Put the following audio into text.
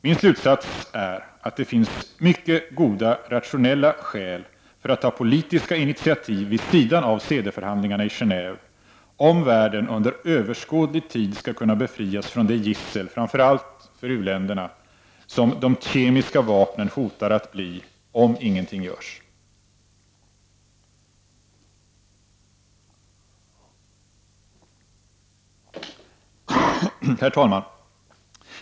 Min slutsats är att det finns mycket goda rationella skäl för att ta politiska initiativ vid sidan av CD-förhandlingarna i Genåve, om världen under överskådlig tid skall kunna befrias från det gissel, framför allt för u-länderna, som de kemiska vapnen hotar att bli, om ingenting görs. Herr talman!